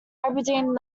aberdeen